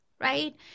right